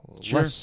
Sure